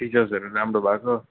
फिचर्सहरू राम्रो भएको